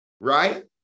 right